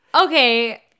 Okay